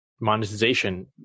monetization